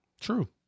True